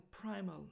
primal